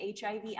HIV